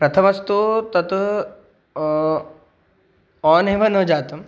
प्रथमं तु तत् आन् एव न जातम्